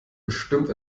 bestimmt